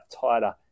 tighter